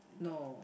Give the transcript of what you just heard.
no